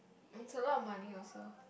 it's a lot of money also